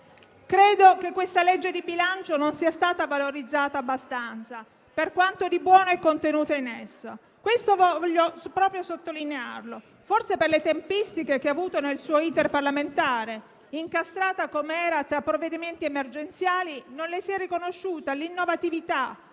Credo che questa manovra non sia stata valorizzata abbastanza per quanto di buono vi è contenuto - desidero proprio sottolinearlo - forse per le tempistiche che ha avuto il suo *iter* parlamentare; incastrata com'era tra provvedimenti emergenziali, non le si è riconosciuta l'innovatività